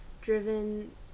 driven